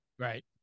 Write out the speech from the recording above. Right